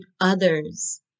others